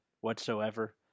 whatsoever